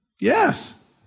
Yes